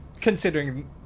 considering